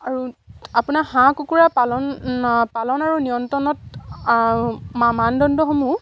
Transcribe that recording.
আৰু আপোনাৰ হাঁহ কুকুৰা পালন পালন আৰু নিয়ন্ত্ৰণত মানদণ্ডসমূহ